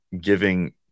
giving